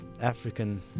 African